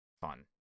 fun